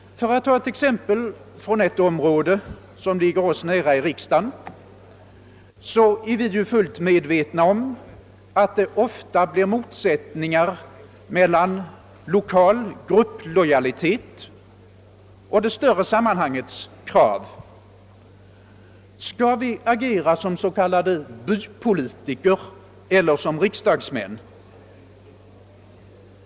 För att ta ett exempel från ett område som ligger oss nära i riksdagen, så är vi fullt medvetna om att det ofta blir motsättningar mellan lokal grupplojalitet och det stora sammanhangets krav. Skall vi agera som s.k. bypolitiker eller som riksdagsmän?